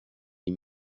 die